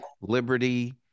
liberty